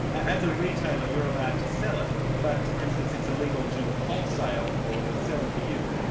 as a retailer you're allowed to sell it but for instance, it's illegal to wholesale or sell to you.